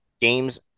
games